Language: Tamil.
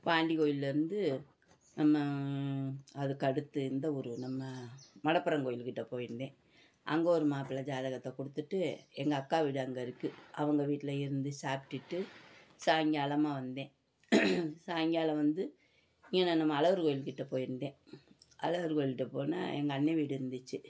பாண்டி கோயிலிலேருந்து நம்ம அதுக்கு அடுத்து இந்த ஊர் நம்ம மடப்புரம் கோயில்க்கிட்டே போயிருந்தேன் அங்கே ஒரு மாப்பிள்ளை ஜாதகத்தை கொடுத்துட்டு எங்கள் அக்கா வீடு அங்கே இருக்குது அவங்க வீட்டிலே இருந்து சாப்பிட்டுட்டு சாயங்காலமா வந்தேன் சாயங்காலம் வந்து இங்கேன நம்ம அழகர் கோயில்க் கிட்டே போயிருந்தேன் அழகர் கோயில்க் கிட்டே போனால் எங்கள் அண்ணன் வீடு இருந்துச்சு